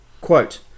Quote